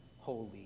Holy